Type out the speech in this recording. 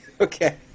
Okay